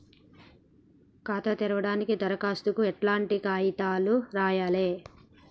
ఖాతా తెరవడానికి దరఖాస్తుకు ఎట్లాంటి కాయితాలు రాయాలే?